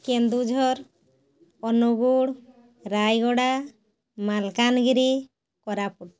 Keonjhar Angul Rayagada Malkangiri Koraput